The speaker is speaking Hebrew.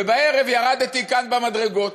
ובערב ירדתי כאן במדרגות